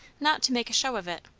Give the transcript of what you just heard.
not to make a show of it.